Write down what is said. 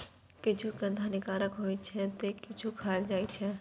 किछु कंद हानिकारक होइ छै, ते किछु खायल जाइ छै